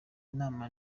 inama